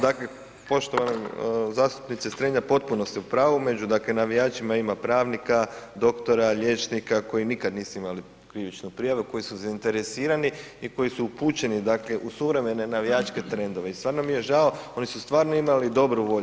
Dakle, poštovana zastupnice Strenja, potpuno ste u pravu, među dakle navijačima ima pravnika, doktora, liječnika koji nikad nisu imali krivičnu prijavu, koji su zainteresirani i koji su upućeni u suvremene navijačke trendove i stvarno mi je žao, oni su stvarno imali dobru volju.